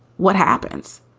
what happens?